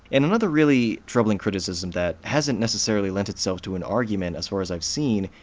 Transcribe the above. and another really troubling criticism that hasn't necessarily lent itself to an argument, as far as i've seen,